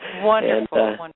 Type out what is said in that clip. wonderful